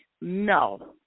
No